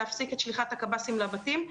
להפסיק את שליחת קציני ביקור סדיר לבתים,